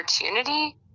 opportunity